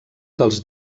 dels